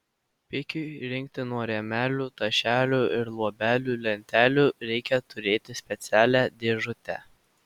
pikiui rinkti nuo rėmelių tašelių ir luobelių lentelių reikia turėti specialią dėžutę